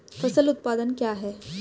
फसल उत्पादन क्या है?